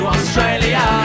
Australia